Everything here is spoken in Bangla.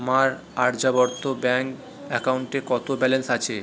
আমার আর্যাবর্ত ব্যাঙ্ক অ্যাকাউন্টে কত ব্যালেন্স আছে